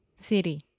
City